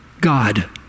God